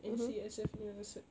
N_C_S_F punya cert